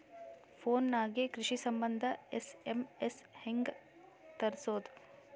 Phone ನಾಗೆ ಕೃಷಿ ಸಂಬಂಧ ಎಸ್.ಎಮ್.ಎಸ್ ಹೆಂಗ ತರಸೊದ?